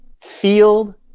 field